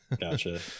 Gotcha